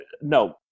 No